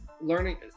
learning